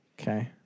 Okay